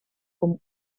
com